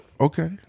Okay